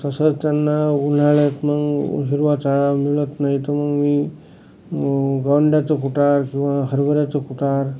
तसंच त्यांना उन्हाळ्यात मग हिरवा चारा मिळत नाही तर मग मी अंड्याचं कुटार किंवा हरबऱ्याचं कुटार